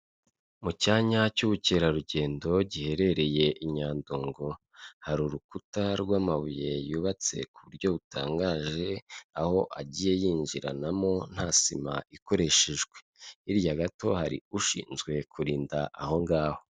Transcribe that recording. Mu cyanya cy'ubukerarugendo giherereye i Nyandungu hari urukuta rw'amabuye y'ubatse ku buryo butangaje aho agiye yinjiranamo nta sima ikoreshejwe, hirya gato hari ushinzwe kurinda ahongaho.